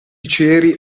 ceri